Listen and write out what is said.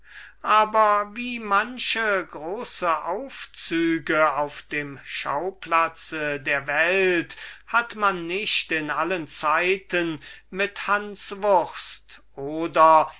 aber wie viele große aufzüge auf dem schauplatze der welt hat man nicht in allen zeiten mit hans wurst oder